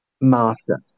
Master